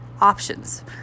Options